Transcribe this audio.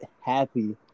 happy